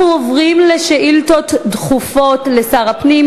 אנחנו עוברים לשאילתות דחופות לשר הפנים.